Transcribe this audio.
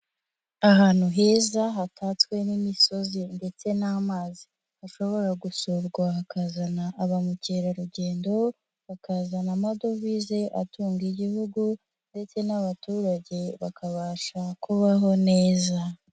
Ahantu heza hatatswe n'imisozi ndetse n'amazi, ashobora gusurwa hakazana abamukerarugendo, bakazana amadovize atunga igihugu ndetse n'abaturage bakabasha kubaho neza.